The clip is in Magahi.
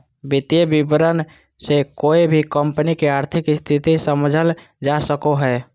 वित्तीय विवरण से कोय भी कम्पनी के आर्थिक स्थिति समझल जा सको हय